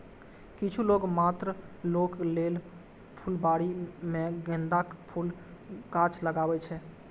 किछु लोक मात्र शौक लेल फुलबाड़ी मे गेंदाक फूलक गाछ लगबै छै